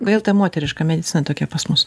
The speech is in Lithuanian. kodėl ta moteriška medicina tokia pas mus